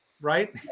right